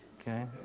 Okay